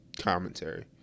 commentary